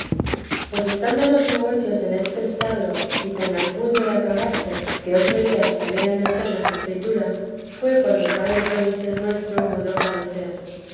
pues los negocios en este estado y tan al punto de acabarse que otro día se habían de hacer las escrituras fué cuando el padre provincial nuestro mudó parecer